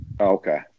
Okay